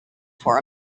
for